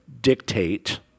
dictate